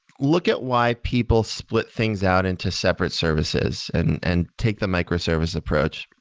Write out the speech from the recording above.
look at why people split things out into separate services and and take the micro-service approach.